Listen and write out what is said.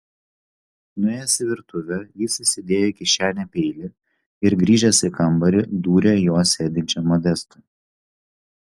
nuėjęs į virtuvę jis įsidėjo į kišenę peilį ir grįžęs į kambarį dūrė juo sėdinčiam modestui